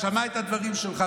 שמע את הדברים שלך,